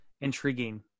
intriguing